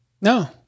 No